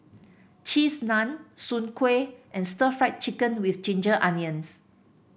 Cheese Naan Soon Kway and Stir Fried Chicken with Ginger Onions